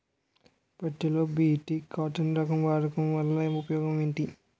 పత్తి లో BT cotton రకం వాడకం వల్ల ఉపయోగం ఏమిటి?